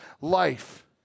life